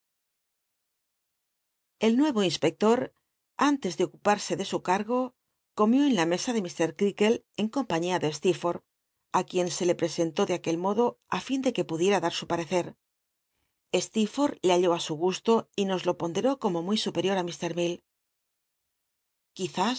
bl nueyo inspector antes de ocupmse de su cargo comió en la mesa de l en compañia de steerforth ü quien se le presentó de aquel modo i lln de que pudiera dat su parecer slcerfotth le halló á su gusto y nos le ponderó como muy supel'ior ü